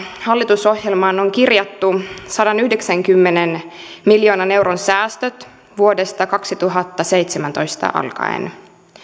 hallitusohjelmaan on kirjattu sadanyhdeksänkymmenen miljoonan euron säästöt vuodesta kaksituhattaseitsemäntoista alkaen